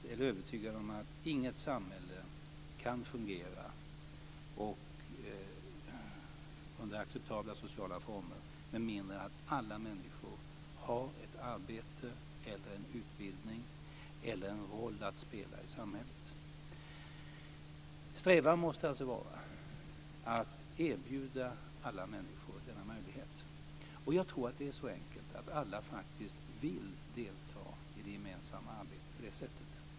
Jag är övertygad om att inget samhälle kan fungera under acceptabla sociala former med mindre än att alla människor har ett arbete, en utbildning eller en roll att spela i samhället. Strävan måste alltså vara att erbjuda alla människor denna möjlighet. Jag tror att det är så enkelt att alla faktiskt vill delta i det gemensamma arbetet på det sättet.